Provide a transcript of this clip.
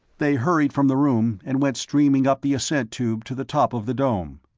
they hurried from the room and went streaming up the ascent tube to the top of the dome.